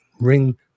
ring